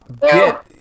get